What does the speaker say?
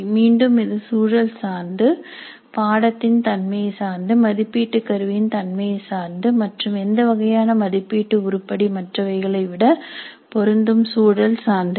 மீண்டும் இது சூழல் சார்ந்து பாடத்தின் தன்மையைச் சார்ந்து மதிப்பீட்டு கருவியின் தன்மையை சார்ந்தது மற்றும் எந்த வகையான மதிப்பீட்டு உருப்படி மற்றவைகளை விட பொருந்தும் சூழல் சார்ந்தது